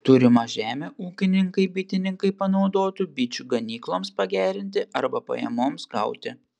turimą žemę ūkininkai bitininkai panaudotų bičių ganykloms pagerinti arba pajamoms gauti